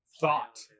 thought